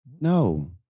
no